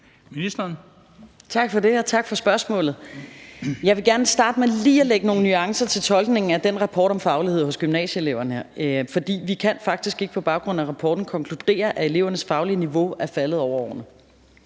Tak for det, og tak for spørgsmålet. Jeg vil gerne starte med lige at lægge nogle nuancer til tolkningen af den rapport om fagligheden hos gymnasieeleverne. For vi kan faktisk ikke på baggrund af rapporten konkludere, at elevernes faglige niveau er faldet over årene.